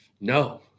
No